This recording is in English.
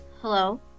hello